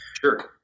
Sure